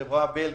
חברה בלגית,